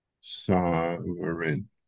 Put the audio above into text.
sovereign